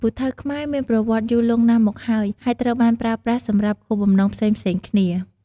ពូថៅខ្មែរមានប្រវត្តិយូរលង់ណាស់មកហើយ ហើយត្រូវបានប្រើប្រាស់សម្រាប់គោលបំណងផ្សេងៗគ្នា។